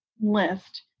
list